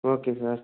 okay sir